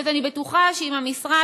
אני בטוחה שאם המשרד,